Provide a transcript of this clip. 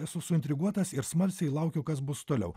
esu suintriguotas ir smalsiai laukiau kas bus toliau